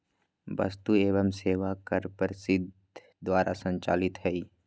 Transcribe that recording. वस्तु एवं सेवा कर परिषद द्वारा संचालित हइ